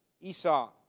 Esau